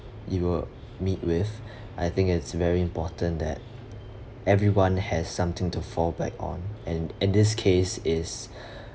you will meet with I think it's very important that everyone has something to fall back on and and this case is